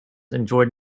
enjoyed